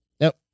Nope